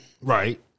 Right